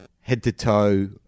head-to-toe